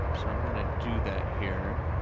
so i'm gonna do that here.